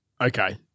Okay